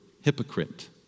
hypocrite